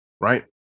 right